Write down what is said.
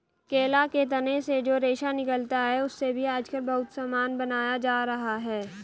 केला के तना से जो रेशा निकलता है, उससे भी आजकल बहुत सामान बनाया जा रहा है